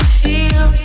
feel